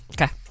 Okay